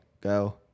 go